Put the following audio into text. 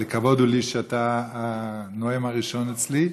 לכבוד הוא לי שאתה הנואם הראשון אצלי,